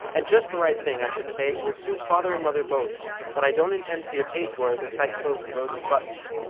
and just the right thing, i should say it will suit father and mother both but i don't intend to be a page-boy with tight clothes and rows of buttons.